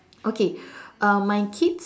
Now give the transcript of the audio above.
okay um my kid